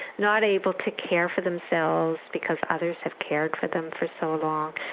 not able to care for themselves because others have cared for them for so long.